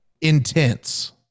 intense